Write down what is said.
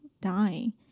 dying